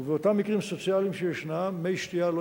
באותם מקרים סוציאליים שישנם מי שתייה לא